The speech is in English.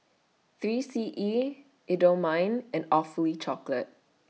three C E Indomie and Awfully Chocolate